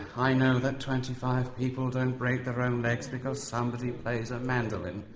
i know that twenty-five people don't break their own legs because somebody plays a mandolin,